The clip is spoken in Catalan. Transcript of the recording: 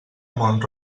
mont